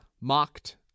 mocked